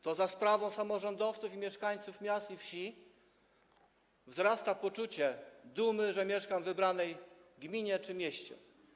To za sprawą samorządowców i mieszkańców miast i wsi wzrasta poczucie dumy, że mieszkam w wybranej gminie czy mieście.